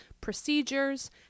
procedures